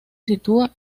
sitúa